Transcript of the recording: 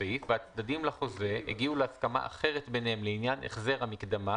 סעיף והצדדים לחוזה הגיעו להסכמה אחרת ביניהם לעניין החזר המקדמה,